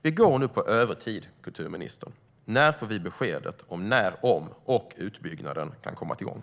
Vi går nu på övertid, kulturministern. När får vi beskedet om när om och utbyggnaden kan komma igång?